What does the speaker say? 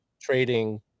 trading